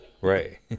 Right